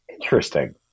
Interesting